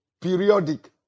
periodic